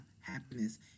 happiness